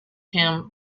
him